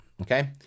okay